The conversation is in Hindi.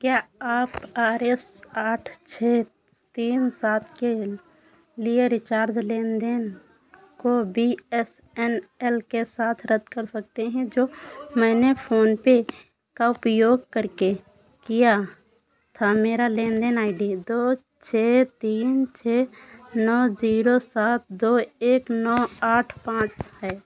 क्या आप आर एस आठ छः तीन सात के लिए रीचार्ज लेन देन को बी एस एन एल के साथ रद्द कर सकते हैं जो मैंने फोनपे का उपयोग करके किया था मेरा लेन देन आई डी दो छः तीन छः नौ जीरो सात दो एक नौ आठ पाँच है